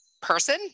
person